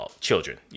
children